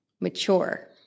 Mature